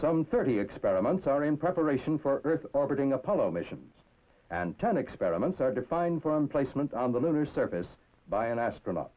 some thirty experiments are in preparation for earth orbiting apollo missions and ten experiments are defined from placement on the lunar surface by an astronaut